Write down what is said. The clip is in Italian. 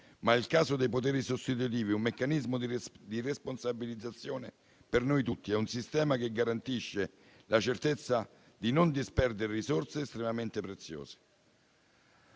Ma il caso dei poteri sostitutivi è un meccanismo di responsabilizzazione per noi tutti ed è un sistema che garantisce la certezza di non disperdere risorse estremamente preziose.